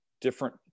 different